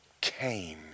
came